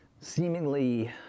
seemingly